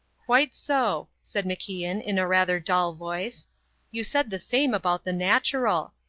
quite so, said macian in a rather dull voice you said the same about the natural.